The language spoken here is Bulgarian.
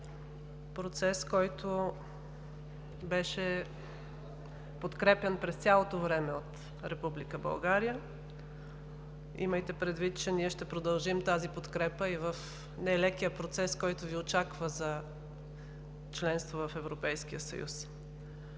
процес, който беше подкрепян през цялото време от Република България. Имайте предвид, че ние ще продължим тази подкрепа и в нелекия процес, който Ви очаква за членство в